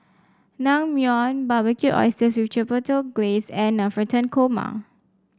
Naengmyeon Barbecued Oysters with Chipotle Glaze and Navratan Korma